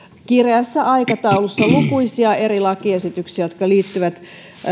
kireässä aikataulussa lukuisia eri lakiesityksiä jotka liittyvät